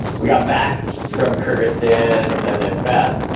we got back from kurdistan and then beth,